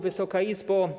Wysoka Izbo!